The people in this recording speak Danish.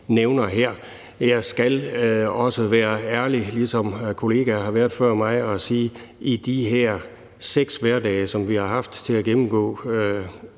nævner her. Jeg skal også være ærlig, ligesom kollegaer har været før mig, og sige, at i de her 6 hverdage, som vi har haft til at gennemgå